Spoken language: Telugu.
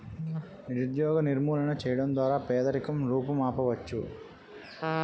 నిరుద్యోగ నిర్మూలన చేయడం ద్వారా పేదరికం రూపుమాపవచ్చు